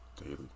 daily